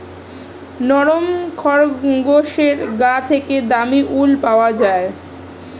নরম খরগোশের গা থেকে দামী উল পাওয়া যায়